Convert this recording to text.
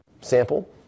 sample